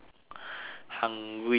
hungry